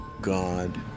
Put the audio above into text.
God